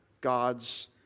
God's